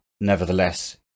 nevertheless